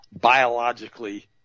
biologically